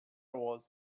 was